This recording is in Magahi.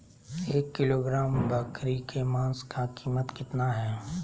एक किलोग्राम बकरी के मांस का कीमत कितना है?